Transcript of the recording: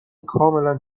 کاملا